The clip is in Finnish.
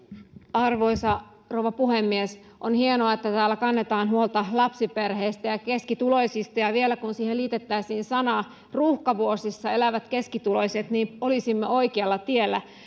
arvoisa rouva puhemies on hienoa että täällä kannetaan huolta lapsiperheistä ja ja keskituloisista ja vielä kun siihen liitettäisiin sanat ruuhkavuosissa elävät keskituloiset niin olisimme oikealla tiellä